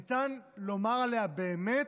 ניתן לומר עליה באמת,